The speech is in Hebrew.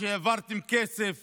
העברתם כסף